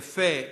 יפה,